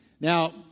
Now